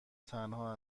تنها